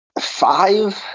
Five